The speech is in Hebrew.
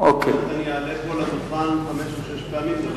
אחרת אני אעלה פה לדוכן חמש או שש פעמים.